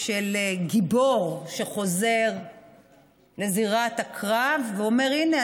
של גיבור שחוזר לזירת הקרב ואומר: הינה,